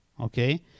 okay